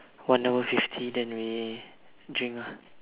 one hour fifty then we drink ah